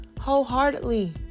wholeheartedly